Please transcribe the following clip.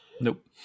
Nope